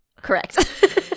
Correct